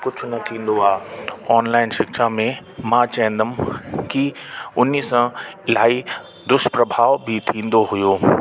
कुझु न थींदो आहे ऑनलाइन शिक्षा में मां चवंदुमि की उन सां इलाही दुष्टप्रभाव बि थींदो हुओ